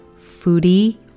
Foodie